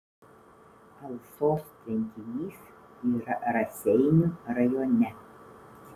alsos tvenkinys yra raseinių rajone